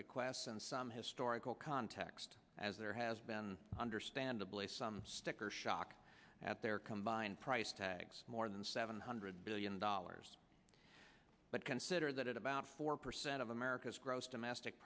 requests and some historic context as there has been understandably some sticker shock at their combined price tags more than seven hundred billion dollars but consider that about four percent of america's gross domestic